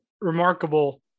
Remarkable